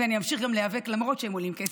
ואני אמשיך גם להיאבק למרות שהם עולים כסף,